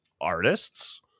artists